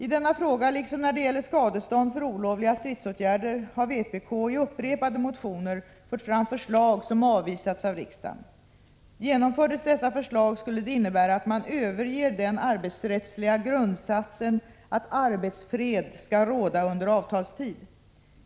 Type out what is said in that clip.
I denna fråga, liksom när det gäller skadestånd för olovliga stridsåtgärder, har vpk i upprepade motioner fört fram förslag som avvisats av riksdagen. Genomfördes dessa förslag skulle det innebära att man överger den arbetsrättsliga grundsatsen att arbetsfred skall råda under avtalstid.